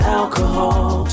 alcohol